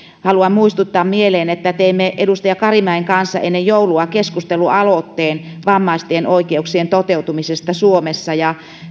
haluan muistuttaa mieleen että teimme edustaja karimäen kanssa ennen joulua keskustelualoitteen vammaisten oikeuksien toteutumisesta suomessa ja